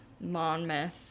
Monmouth